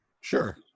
Sure